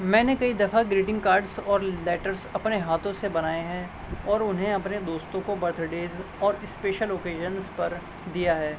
میں نے کئی دفعہ گریٹنگ کارڈس اور لیٹرس اپنے ہاتھوں سے بنائے ہیں اور انہیں اپنے دوستوں کو برتھ ڈیز اور اسپیشل آکیزنس پر دیا ہے